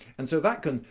and so that can,